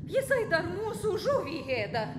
jisai dar mūsų žuvį ėda